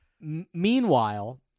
Meanwhile